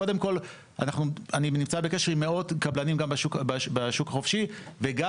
קודם כל אני נמצא בקשר עם מאות קבלנים גם בשוק החופשי וגם